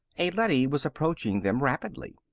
a leady was approaching them rapidly.